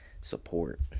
support